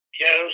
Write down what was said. Yes